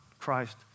Christ